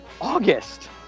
August